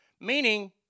meaning